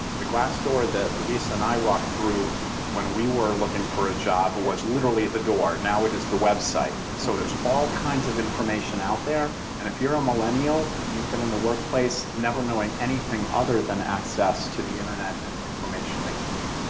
the glass door that lisa and i walked through when we were looking for a job was literally the door, now it is the website. so there's all kinds of information out there and if you're a millennial, you've been in the workplace never knowing anything other than access to the internet and the information that you need.